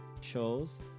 shows